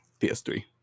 PS3